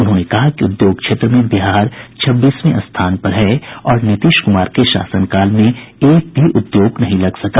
उन्होंने कहा कि उद्योग क्षेत्र में बिहार छब्बीसवें स्थान पर है और नीतीश कुमार के शासनकाल में एक भी उद्योग नहीं लग सका